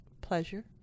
pleasure